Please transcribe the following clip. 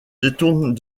détourne